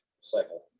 cycle